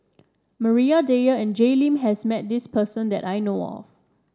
Maria Dyer and Jay Lim has met this person that I know of